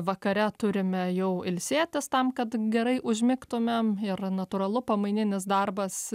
vakare turime jau ilsėtis tam kad gerai užmigtumėm ir natūralu pamaininis darbas